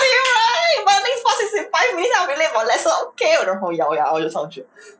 ya but the next bus is in five minutes I will be late for lesson okay 然后就上去了